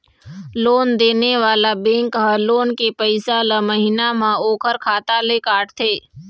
loan देने वाला bank ह लोन के पइसा ल महिना म ओखर खाता ले काटथे